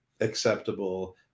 acceptable